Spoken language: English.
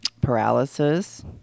paralysis